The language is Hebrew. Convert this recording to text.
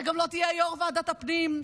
אתה גם לא תהיה יו"ר ועדת הפנים,